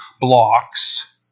blocks